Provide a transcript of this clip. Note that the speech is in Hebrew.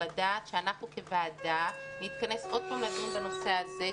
לדעת שאנחנו כוועדה נתכנס עוד פעם לדון בנושא הזה,